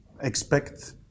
expect